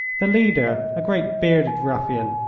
the leader, a great, bearded ruffian,